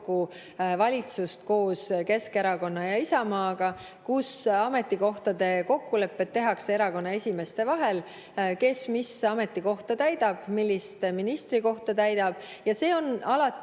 valitsust koos Keskerakonna ja Isamaaga –, ametikohtade kokkulepped tehakse erakondade esimeeste vahel, kes mis ametikoha täidab, millise ministrikoha täidab. See on alati